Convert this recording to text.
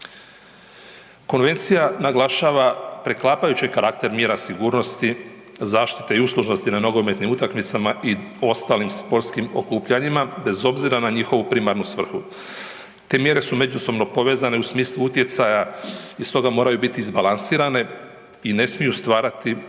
Konvencija naglašava preklapajući karakter mjera sigurnosti, zaštite i uslužnosti na nogometnim utakmicama i ostalim sportskim okupljanjima bez obzira na njihovu primarnu svrhu. Te mjere su međusobno povezane u smislu utjecaja i stoga moraju biti izbalansirane i ne smiju stvarati i